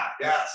Yes